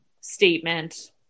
statement